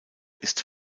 ist